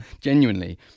genuinely